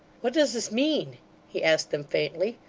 what does this mean he asked them faintly.